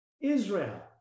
Israel